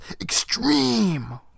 extreme